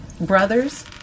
brothers